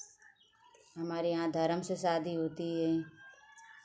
हमारे यहाँ धर्म से शादी होती है